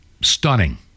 stunning